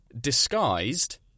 Disguised